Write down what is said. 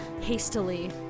hastily